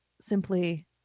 simply